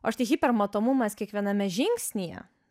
o štai hipermatomumas kiekviename žingsnyje